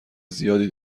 زیادی